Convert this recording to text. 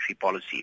policy